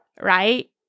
right